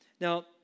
Now